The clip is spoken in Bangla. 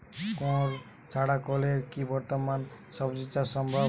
কুয়োর ছাড়া কলের কি বর্তমানে শ্বজিচাষ সম্ভব?